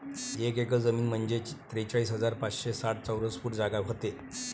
एक एकर जमीन म्हंजे त्रेचाळीस हजार पाचशे साठ चौरस फूट जागा व्हते